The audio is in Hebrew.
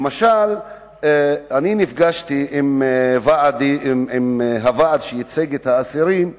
למשל אני נפגשתי עם הוועד שייצג את האסירים בחוץ,